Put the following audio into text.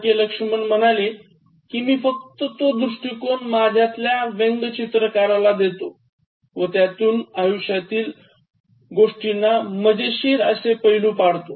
के लक्ष्मण म्हणाले कि मी फक्त तो दृष्टिकोन माझ्यातल्या व्यंगचित्रकाराला देतो व त्यातून आयुष्यतील गोष्टींना मजेशीर पैलू देतो